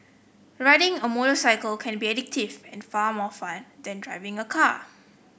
riding a motorcycle can be addictive and far more fun than driving a car